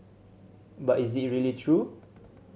but is it really true